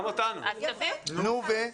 גם אותנו חינכו כך.